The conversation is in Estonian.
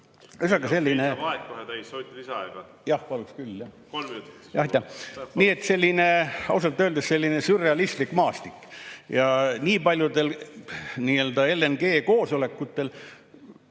Nii et ausalt öeldes selline sürrealistlik maastik. Ja nii paljudel LNG-koosolekutel,